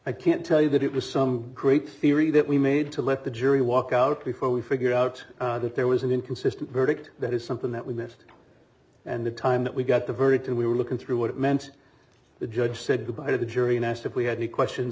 i can't tell you that it was some great theory that we made to let the jury walk out before we figure out that there was an inconsistent verdict that is something that we missed and the time that we got diverted to we were looking through what it meant the judge said good bye to the jury and asked if we had any questions